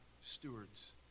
stewards